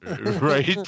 Right